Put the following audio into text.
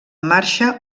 marxa